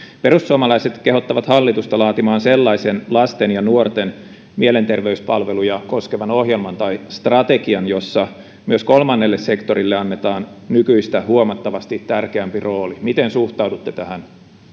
perussuomalaiset kehottavat hallitusta laatimaan sellaisen lasten ja nuorten mielenterveyspalveluja koskevan ohjelman tai strategian jossa myös kolmannelle sektorille annetaan nykyistä huomattavasti tärkeämpi rooli miten suhtaudutte tähän